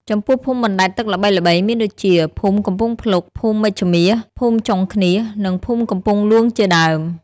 ចំពោះភូមិបណ្តែតទឹកល្បីៗមានដូចជា ភូមិកំពង់ភ្លុក ភូមិមេជ្ឈមាស ភូមិចុងឃ្នៀស និងភូមិកំពង់លួងជាដើម។